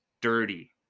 dirty